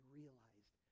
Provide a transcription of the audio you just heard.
realized